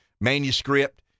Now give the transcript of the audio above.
manuscript